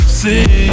see